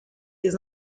des